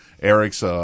Eric's